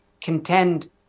contend